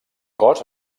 cos